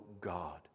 God